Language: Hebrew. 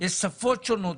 יש שפות שונות,